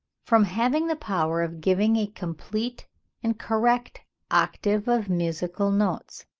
from having the power of giving a complete and correct octave of musical notes